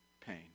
pain